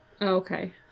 Okay